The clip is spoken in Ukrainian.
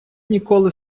ніколи